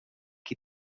qui